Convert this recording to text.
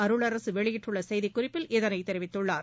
அருளரசு வெளியிட்டுள்ள செய்திக் குறிப்பில் இதனை தெரிவித்துள்ளார்